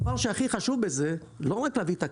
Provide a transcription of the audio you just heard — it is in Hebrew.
הדבר שהכי חשוב בזה זה לא רק להביא את הכסף,